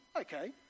okay